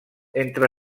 entre